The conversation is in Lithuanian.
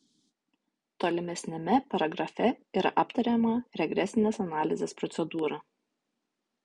tolimesniame paragrafe yra aptariama regresinės analizės procedūra